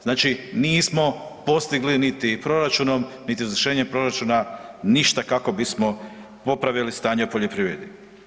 Znači nismo postigli niti proračunom niti izvršenjem proračuna ništa kako bismo popravili stanje u poljoprivredi.